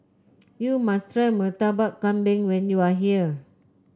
you must try Murtabak Kambing when you are here